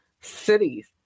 cities